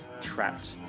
trapped